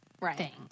Right